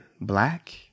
black